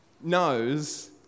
knows